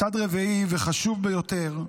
מצד רביעי וחשוב ביותר,